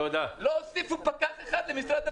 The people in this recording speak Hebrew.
לא הוסיפו פקח אחד למשרד הבריאות.